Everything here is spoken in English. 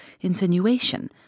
insinuation